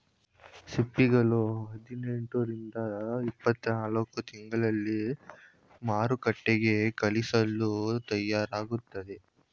ಸಿಂಪಿಗಳು ಹದಿನೆಂಟು ರಿಂದ ಇಪ್ಪತ್ತನಾಲ್ಕು ತಿಂಗಳಲ್ಲಿ ಮಾರುಕಟ್ಟೆಗೆ ಕಳಿಸಲು ತಯಾರಾಗುತ್ತವೆ